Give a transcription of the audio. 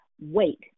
wait